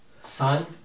son